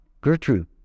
Gertrude